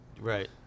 Right